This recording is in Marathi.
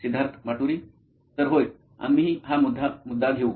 सिद्धार्थ माटुरी मुख्य कार्यकारी अधिकारी नॉइन इलेक्ट्रॉनिक्स तर होय आम्ही हा मुद्दा घेऊ